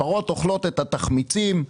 הפרות אוכלות את התחמיצים,